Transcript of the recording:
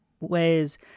ways